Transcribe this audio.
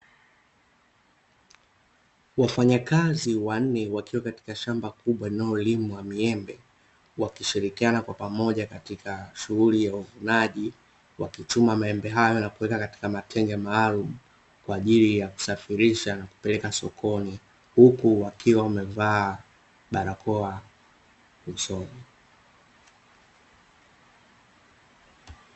Wafanyakazi wanne wakiwa katika shamba kubwa linayolimwa miembe, wakishirikiana kwa pamoja katika shughuli ya uvunaji wa kuchuma maembe hayo na kuweka katika matenga maalum, kwa ajili ya kusafirisha na kupeleka sokoni, huku wakiwa wamevaa barakoa usoni.